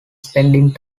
spending